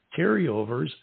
carryovers